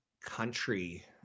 country